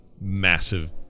massive